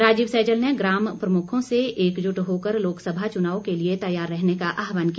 राजीव सैजल ने ग्राम प्रमुखों से एकजुट होकर लोकसभा चुनाव के लिए तैयार रहने का आहवान किया